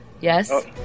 Yes